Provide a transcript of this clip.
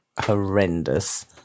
horrendous